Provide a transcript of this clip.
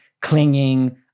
clinging